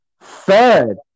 Third